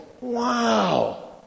Wow